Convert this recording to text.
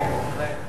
כן, בהחלט.